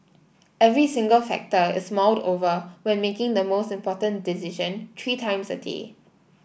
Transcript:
every single factor is mulled over when making the most important decision three times a day